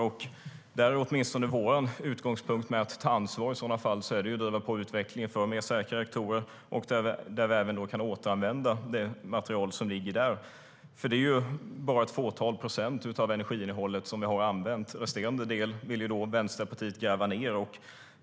Där är åtminstone vår utgångspunkt när det gäller att ta ansvar att driva på utvecklingen för säkrare reaktorer där vi även kan återanvända det material som ligger där. Det är bara ett fåtal procent av energiinnehållet som vi har använt. Resterande del vill Vänsterpartiet gräva ned.